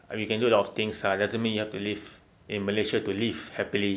or you can do a lot of things ah doesn't mean you have to live in malaysia to live happily